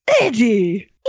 Eddie